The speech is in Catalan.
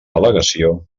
al·legació